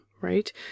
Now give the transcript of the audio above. right